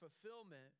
fulfillment